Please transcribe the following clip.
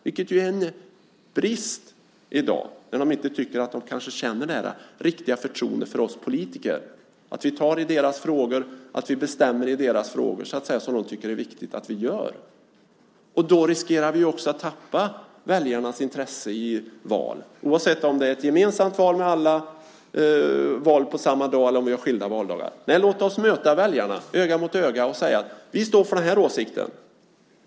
Det är en brist i dag att människor kanske inte känner det riktiga förtroendet för oss politiker att vi tar tag i deras frågor och bestämmer i deras frågor, som de tycker att det är viktigt att vi gör. Vi riskerar också att tappa väljarnas intresse i val. Det gäller oavsett om det är ett gemensamt val med alla val på samma dag eller om vi har skilda valdagar. Låt oss möta väljarna öga mot öga och säga: Vi står för den här åsikten.